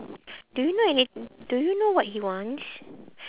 do you know any do you know what he wants